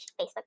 Facebook